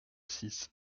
six